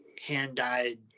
hand-dyed